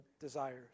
desires